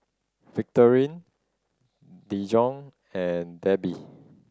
Victorine Dijon and Debi